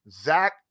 Zach